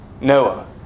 Noah